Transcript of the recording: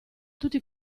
tutti